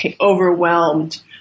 overwhelmed